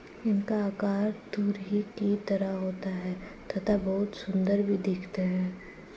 इनका आकार तुरही की तरह होता है तथा बहुत सुंदर भी दिखते है